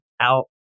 out